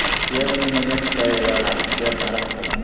share में निवेश करे वाला शेयरधारक होला